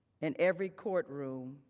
in every courtroom